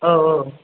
औ औ